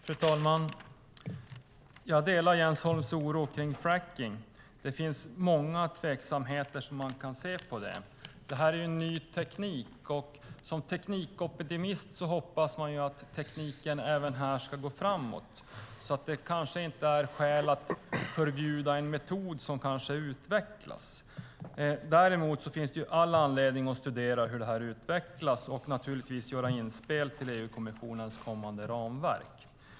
Fru talman! Jag delar Jens Holms oro kring fracking. Det finns många tveksamheter kring detta. Det är en ny teknik, och som teknikoptimist hoppas man ju att tekniken även här ska gå framåt. Alltså kanske det inte är skäl att förbjuda en metod som kanske utvecklas. Däremot finns det all anledning att studera hur den utvecklas och naturligtvis att göra inspel till EU-kommissionens kommande ramverk.